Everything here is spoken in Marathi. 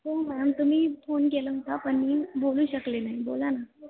हो मॅम तुम्ही फोन केला होता पण मी बोलू शकले नाही बोला ना